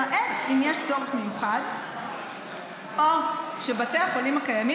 למעט אם יש צורך מיוחד או שבתי החולים הקיימים